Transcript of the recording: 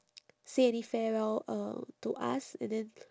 say any farewell uh to us and then